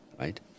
right